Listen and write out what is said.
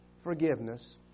forgiveness